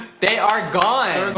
they are gone.